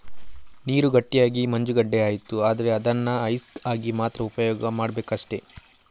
ನೀರು ಗಟ್ಟಿಯಾಗಿ ಮಂಜುಗಡ್ಡೆ ಆಯ್ತು ಅಂದ್ರೆ ಅದನ್ನ ಐಸ್ ಆಗಿ ಮಾತ್ರ ಉಪಯೋಗ ಮಾಡ್ಬೇಕಷ್ಟೆ